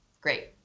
Great